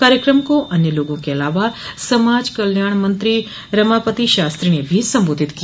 कार्यक्रम को अन्य लोगों के अलावा समाज कल्याण मंत्री रमापति शास्त्री ने भी संबोधित किया